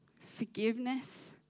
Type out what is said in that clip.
forgiveness